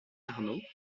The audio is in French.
arnaud